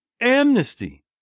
amnesty